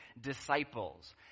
disciples